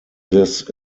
this